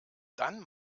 dann